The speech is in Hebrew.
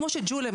כמו שג'ול,